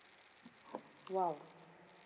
!wow!